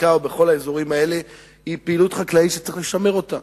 בבקעה ובכל האזורים האלה היא פעילות חקלאית שצריך לשמר אותה.